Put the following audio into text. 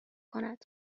کند